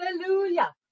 Hallelujah